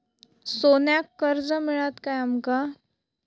सोन्याक कर्ज मिळात काय आमका?